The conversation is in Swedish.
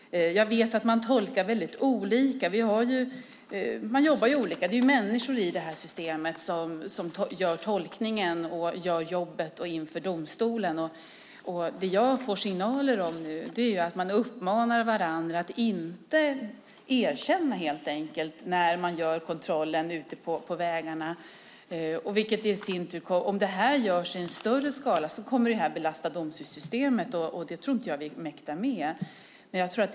Jag vet att man tolkar väldigt olika. Man jobbar olika. Det är människor i det här systemet som gör tolkningen och gör jobbet inför domstolen. Det jag får signaler om nu är att man uppmanar varandra att inte erkänna vid kontroll ute på vägarna. Om det här görs i större skala kommer det att belasta domstolssystemet, och det tror inte jag att vi mäktar med.